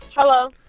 Hello